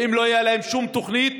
ואם לא תהיה להם שום תוכנית,